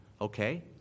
Okay